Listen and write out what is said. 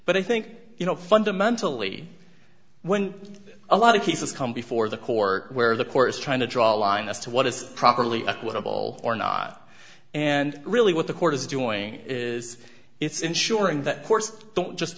but i think you know fundamentally when a lot of cases come before the court where the court is trying to draw a line as to what is properly what a ball or not and really what the court is doing is it's ensuring that course don't just